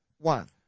One